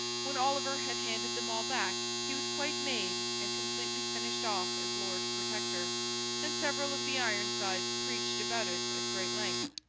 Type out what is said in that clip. when oliver had handed them all back, he was quite made and completely finished off as lord protector and several of the ironsides preached about it at great length,